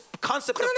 concept